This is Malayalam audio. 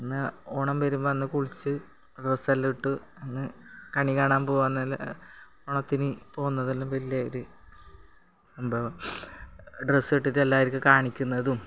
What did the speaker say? അന്ന് ഓണം വരുമ്പോൾ അന്ന് കുളിച്ച് ഡ്രസെല്ലാം ഇട്ട് അന്ന് കണി കാണാൻ പോകുകയെന്നല്ല ഓണത്തിന് പോകുന്നതെല്ലാം വലിയൊരു സംഭവം ഡ്രസ്സ് ഇട്ടിട്ട് എല്ലാവർക്കും കാണിക്കുന്നതും